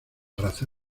raza